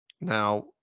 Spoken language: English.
Now